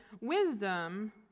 wisdom